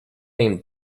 him